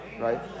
right